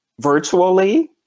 virtually